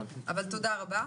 אבל תודה רבה.